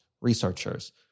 researchers